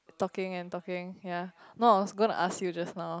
talking and talking yea no I was going to ask you just now